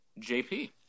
JP